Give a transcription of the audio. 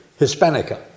Hispanica